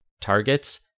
targets